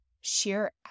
sheer